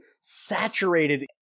saturated